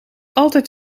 altijd